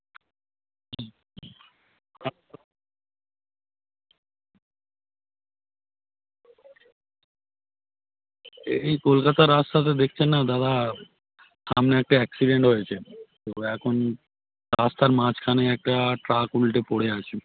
একি কলকাতার রাস্তাতে দেখছেন না দাদা সামনে একটা অ্যাকসিডেন্ট হয়েছে তো এখন রাস্তার মাঝখানে একটা ট্রাক উলটে পড়ে আছে